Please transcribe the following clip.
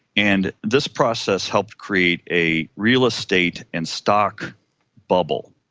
and this process helped create a real estate and stock bubble,